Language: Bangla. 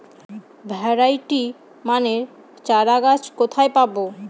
ভ্যারাইটি মানের চারাগাছ কোথায় পাবো?